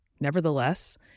Nevertheless